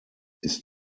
ist